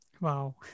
Wow